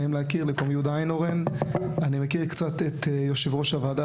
אני מכיר קצת את יושב-ראש הוועדה,